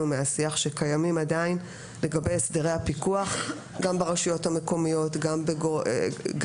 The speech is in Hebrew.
מהשיח שעדיין קיימים לגבי הסדרי הפיקוח גם ברשויות המקומיות וגם